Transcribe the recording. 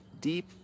Deep